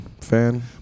fan